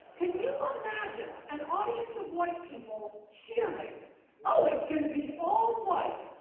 can you imagine an audience of white people cheering oh it's gonna be all white?